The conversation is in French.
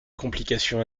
complications